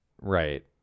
right